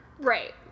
Right